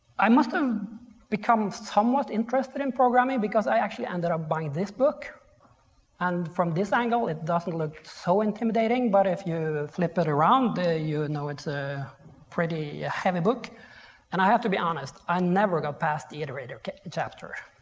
i must've become somewhat interested in programming because i actually ended up buying this book and from this angle it doesn't look so intimidating, but if you flip it around, you and know it's a pretty heavy book and i have to be honest, i never got past the iterator chapter.